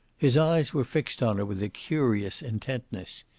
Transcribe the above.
his eyes were fixed on her with a curious intentness.